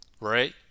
right